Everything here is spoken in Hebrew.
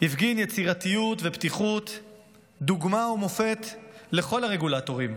הפגין יצירתיות ופתיחות דוגמה ומופת לכל הרגולטורים,